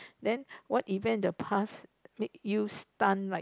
then what event in the past make you stun like